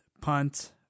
punt